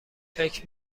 فکر